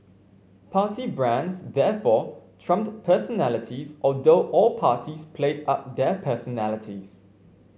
party brands therefore trumped personalities although all parties played up their personalities